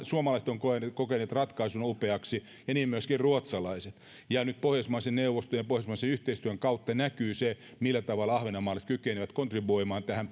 suomalaiset ovat myöskin kokeneet ratkaisun upeaksi ja niin myöskin ruotsalaiset nyt pohjoismaiden neuvoston ja pohjoismaisen yhteistyön kautta näkyy se millä tavalla ahvenanmaalaiset kykenevät kontribuoimaan tähän